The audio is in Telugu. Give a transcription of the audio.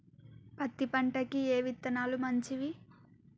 పత్తి పంటకి ఏ విత్తనాలు మంచివి?